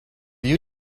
you